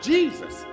Jesus